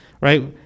right